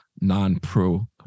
non-pro